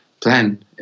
plan